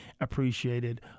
appreciated